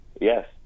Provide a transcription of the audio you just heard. yes